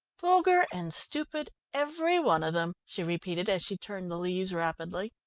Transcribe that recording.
vulgar and stupid, every one of them, she repeated, as she turned the leaves rapidly.